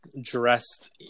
dressed